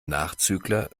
nachzügler